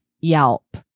Yelp